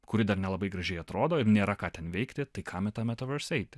kuri dar nelabai gražiai atrodo ir nėra ką ten veikti tai kam į tą metaverse eiti